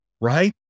right